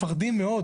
מאוד.